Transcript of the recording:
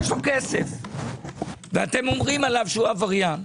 יש לו כסף ואתם אומרים עליו שהוא עבריין.